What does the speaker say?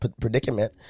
predicament